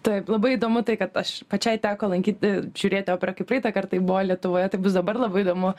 taip labai įdomu tai kad aš pačiai teko lankyti žiūrėti operą kai praeitą kartą tai buvo lietuvoje tai bus dabar labai įdomu